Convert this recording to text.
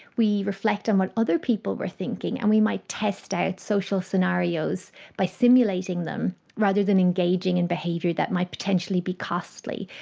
we reflect on what other people were thinking, and we might test out social scenarios by simulating them rather than engaging in behaviour that might potentially be costly.